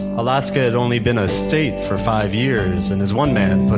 alaska had only been a state for five years and as one man but